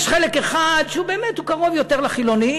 יש חלק אחד שהוא באמת קרוב יותר לחילונים.